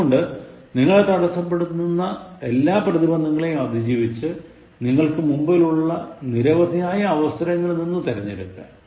അതുകൊണ്ട് നിങ്ങളെ തടസപ്പെടുത്തുന്ന എല്ലാ പ്രതിബന്ധങ്ങളെയും അതിജീവിച്ച് നിങ്ങക്കു മുൻപിലുള്ള നിരവധിയായ അവസരങ്ങളിൽ നിന്ന് തിരഞ്ഞെടുക്കുക